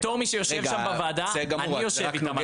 בתור מי שיושב שם בוועדה אני יושב איתם על הבוטקה.